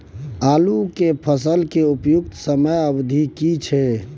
आलू के फसल के उपयुक्त समयावधि की छै?